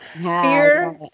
Fear